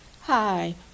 hi